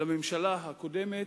לממשלה הקודמת,